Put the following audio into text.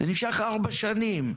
זה נמשך הרבה שנים.